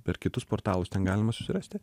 per kitus portalus ten galima susirasti